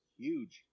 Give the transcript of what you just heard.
huge